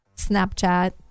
Snapchat